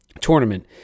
tournament